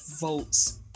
votes